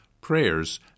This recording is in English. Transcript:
prayers